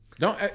No